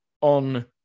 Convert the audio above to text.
on